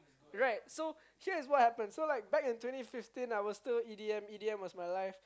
right so here is what happen so like back in twenty I was still E_D_M E_D_M was my life